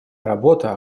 работа